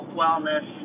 wellness